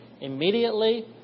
immediately